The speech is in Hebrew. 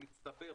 מצטבר,